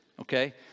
Okay